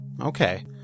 Okay